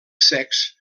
secs